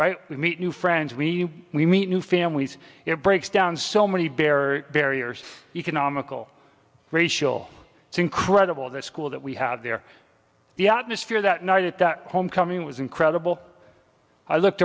right we meet new friends we we meet new families it breaks down so many bare barriers economical racial it's incredible that school that we had there the atmosphere that night at that homecoming was incredible i looked